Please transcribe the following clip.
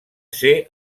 ser